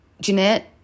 Jeanette